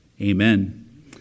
Amen